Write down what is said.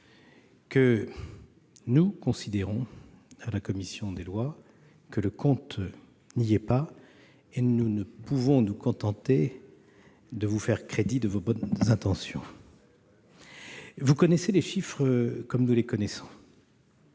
que nous considérons, à la commission des lois, que le compte n'y est paset que nous ne pouvons nous contenter de vous faire crédit de vos bonnes intentions. Vous connaissez les chiffres comme nous les connaissons.